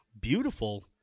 beautiful